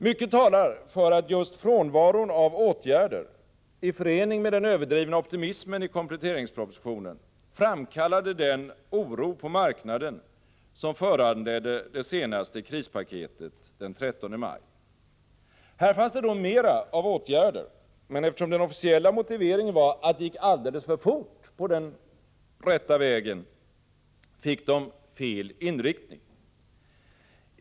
Mycket talar för att just frånvaron av åtgärder i förening med den överdrivna optimismen i kompletteringspropositionen framkallade den oro på marknaden som föranledde det senaste krispaketet den 13 maj. Här fanns det då mera av åtgärder, men eftersom den officiella motiveringen var att det gick alldeles för fort på den rätta vägen, fick de fel inriktning.